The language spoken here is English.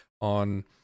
on